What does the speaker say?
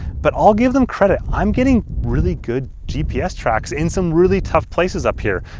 but i'll give them credit, i'm getting really good gps tracks in some really tough places up here.